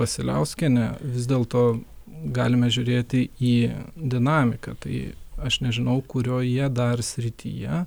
vasiliauskienė vis dėlto galime žiūrėti į dinamiką tai aš nežinau kurioje dar srityje